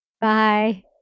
Bye